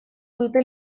dute